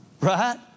Right